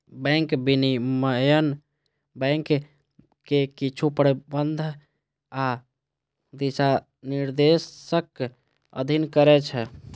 bank विनियमन bank कें किछु प्रतिबंध आ दिशानिर्देशक अधीन करै छै